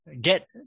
get